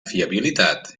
fiabilitat